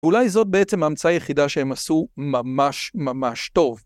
אולי זאת בעצם ההמצאה היחידה שהם עשו ממש ממש טוב.